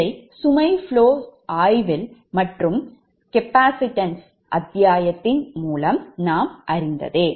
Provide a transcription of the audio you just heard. இதை சுமை flow studies ஆய்வுகள் மற்றும் capacitance கொள்ளளவு அத்தியாயத்தின் மூலம் நாம் அறிந்ததே